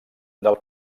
del